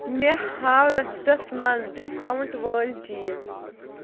مےٚ ہاو رَسٹَس منٛز ڈِسکاوُنٛٹ وٲلۍ چیٖز